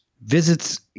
visits